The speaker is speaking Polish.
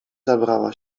zabrała